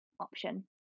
option